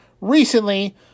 recently